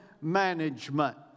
management